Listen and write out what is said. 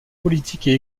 politiques